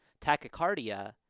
tachycardia